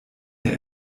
der